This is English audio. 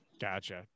Gotcha